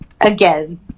Again